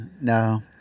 No